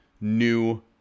new